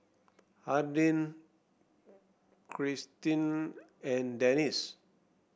Hardin Krystin and Dennis